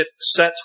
set